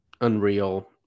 unreal